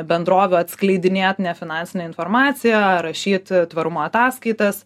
bendrovių atskleidinėt nefinansinę informaciją rašyt tvarumo ataskaitas